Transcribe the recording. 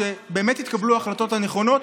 שבאמת יתקבלו ההחלטות הנכונות.